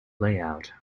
layout